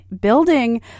Building